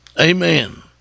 Amen